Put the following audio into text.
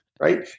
Right